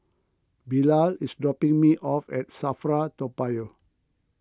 Bilal is dropping me off at Safra Toa Payoh